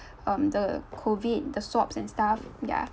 um the COVID the swabs and stuff ya